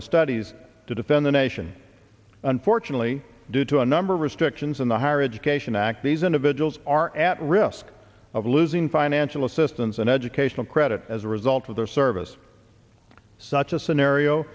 and studies to defend the nation unfortunately due to a number of restrictions on the higher education act these individuals are at risk of losing financial assistance and educational credit as a result of their service such a scenario